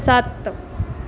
ਸੱਤ